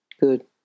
good